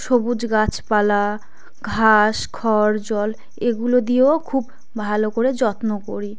সবুজ গাছপালা ঘাস খড় জল এগুলো দিয়েও খুব ভালো করে যত্ন করি